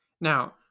Now